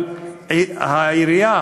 אבל העירייה,